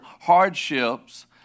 hardships